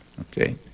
okay